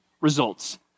results